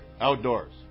Outdoors